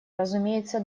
разумеется